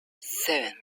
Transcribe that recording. seven